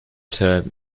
term